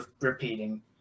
repeating